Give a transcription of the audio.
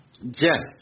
Yes